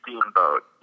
Steamboat